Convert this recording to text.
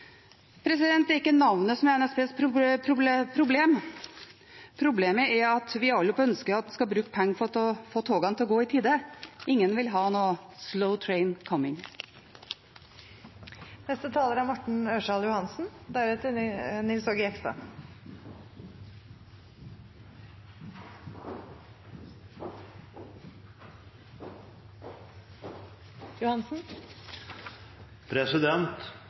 Det er ikke navnet som er NSBs problem. Problemet er at vi alle ønsker at en skal bruke pengene på å få togene til å gå i tide. Ingen vil ha